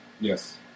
Yes